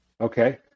Okay